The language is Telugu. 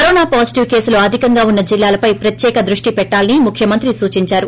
కరోనా పాజిటివ్ కేసులు అధికంగా ఉన్న జిల్లాలపై ప్రత్యేక దృష్షి పెట్టాలని ముఖ్యమంత్రి సూచిందారు